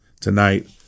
tonight